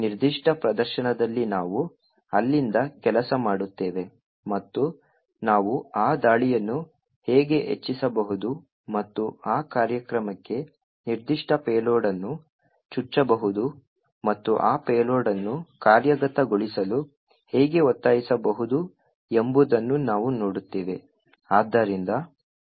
ಈ ನಿರ್ದಿಷ್ಟ ಪ್ರದರ್ಶನದಲ್ಲಿ ನಾವು ಅಲ್ಲಿಂದ ಕೆಲಸ ಮಾಡುತ್ತೇವೆ ಮತ್ತು ನಾವು ಆ ದಾಳಿಯನ್ನು ಹೇಗೆ ಹೆಚ್ಚಿಸಬಹುದು ಮತ್ತು ಆ ಕಾರ್ಯಕ್ರಮಕ್ಕೆ ನಿರ್ದಿಷ್ಟ ಪೇಲೋಡ್ ಅನ್ನು ಚುಚ್ಚಬಹುದು ಮತ್ತು ಆ ಪೇಲೋಡ್ ಅನ್ನು ಕಾರ್ಯಗತಗೊಳಿಸಲು ಹೇಗೆ ಒತ್ತಾಯಿಸಬಹುದು ಎಂಬುದನ್ನು ನಾವು ನೋಡುತ್ತೇವೆ